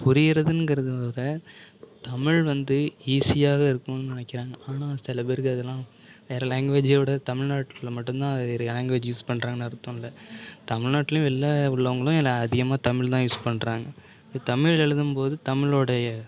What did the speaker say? புரிகிறதுங்கிறத விட தமிழ் வந்து ஈஸியாக இருக்கணுன்னு நினைக்கிறாங்க ஆனால் சில பேருக்கு அதலாம் வேறு லேங்குவேஜியோட தமிழ்நாட்டில் மட்டுந்தான் வேறு லேங்குவேஜ் யூஸ் பண்ணுறாங்கனு அர்த்தம் இல்லை தமிழ்நாட்லேயும் வெளில உள்ளவங்களும் இதில் அதிகமாக தமிழ் தான் யூஸ் பண்ணுறாங்க தமிழில் எழுதும்போது தமிழோடைய